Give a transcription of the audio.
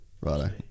Right